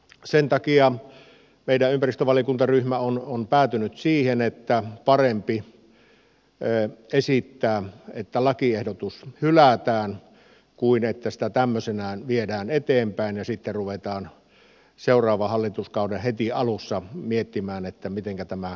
sen takia meidän ympäristövaliokuntaryhmä on päätynyt siihen että parempi esittää että lakiehdotus hylätään kuin että sitä tämmöisenään viedään eteenpäin ja sitten ruvetaan heti seuraavan hallituskauden alussa miettimään mitenkä tämä korjataan